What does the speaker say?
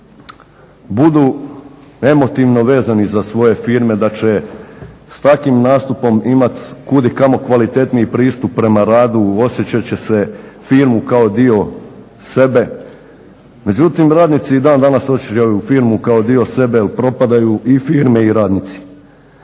budu emotivno vezani za svoje firme, da će s takvim nastupom imati kud i kamo kvalitetniji pristup prema radu, osjećat će se firmu kao dio sebe, međutim dan danas osjećaju firmu kao dio sebe jer propadaju i firme i radnici.